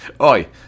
Oi